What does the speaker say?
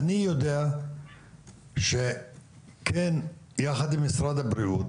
אני יודע שכן יחד עם משרד הבריאות